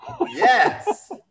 Yes